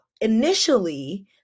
initially